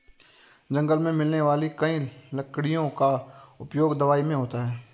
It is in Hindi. जंगल मे मिलने वाली कई लकड़ियों का उपयोग दवाई मे होता है